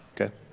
Okay